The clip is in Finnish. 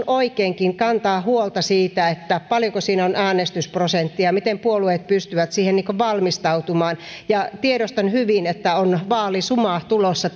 oikeinkin kantaa huolta siitä paljonko siinä on äänestysprosentti ja miten puolueet pystyvät siihen valmistautumaan ja tiedostan hyvin että on vaalisuma tulossa